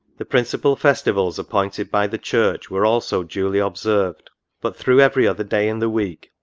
the principal festivals appointed by the church were also duly observed but through every other day in the week,